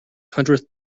hundredth